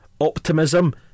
optimism